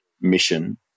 mission